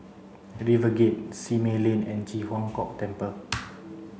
RiverGate Simei Lane and Ji Huang Kok Temple